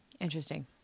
Interesting